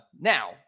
Now